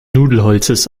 nudelholzes